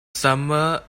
summer